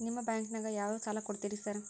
ನಿಮ್ಮ ಬ್ಯಾಂಕಿನಾಗ ಯಾವ್ಯಾವ ಸಾಲ ಕೊಡ್ತೇರಿ ಸಾರ್?